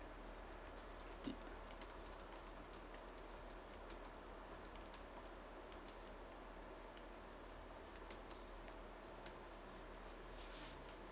mm